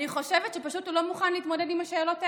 אני חושבת שהוא פשוט לא מוכן להתמודד עם השאלות האלה.